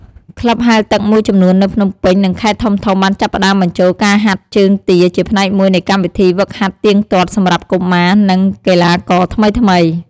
ក្លឹបហែលទឹកមួយចំនួននៅភ្នំពេញ និងខេត្តធំៗបានចាប់ផ្តើមបញ្ចូលការហាត់ជើងទាជាផ្នែកមួយនៃកម្មវិធីហ្វឹកហាត់ទៀងទាត់សម្រាប់កុមារនិងកីឡាករថ្មីៗ។